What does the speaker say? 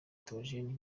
théogène